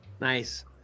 Nice